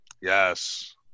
yes